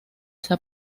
san